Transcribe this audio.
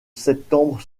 septembre